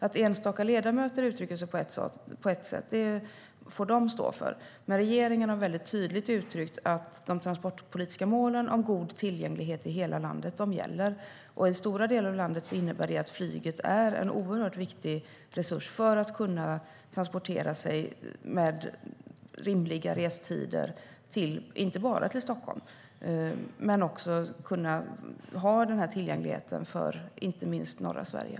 Att enstaka ledamöter uttrycker sig på ett sätt får de står för, men regeringen har väldigt tydligt uttryckt att de transportpolitiska målen om god tillgänglighet i hela landet gäller. I stora delar av landet innebär det att flyget är en oerhört viktig resurs för att kunna transportera sig med rimliga restider inte bara till Stockholm. Man måste ha den tillgängligheten inte minst för norra Sverige.